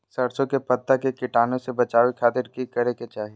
सरसों के पत्ता के कीटाणु से बचावे खातिर की करे के चाही?